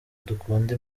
dukunda